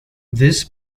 this